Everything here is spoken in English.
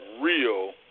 real